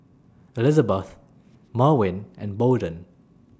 Elizebeth Merwin and Bolden